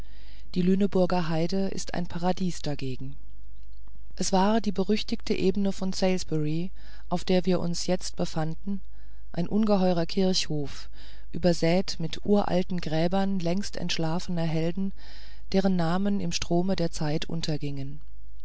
die lüneburger heide ist ein paradies dagegen es war die berüchtigte ebene von salisbury auf der wir uns jetzt befanden ein ungeheurer kirchhof besät mit uralten gräbern längst entschlafener helden deren namen im strome der zeit untergingen